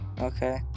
Okay